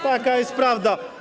Taka jest prawda.